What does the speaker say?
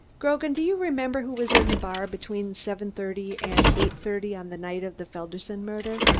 grogan, do you remember who was in the bar between seven-thirty and eight-thirty on the night of the felderson murder?